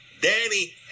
Danny